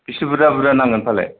बेसे बुरजा बुरजा नांगोन फालाय